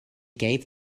gave